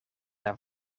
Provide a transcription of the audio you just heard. naar